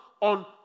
on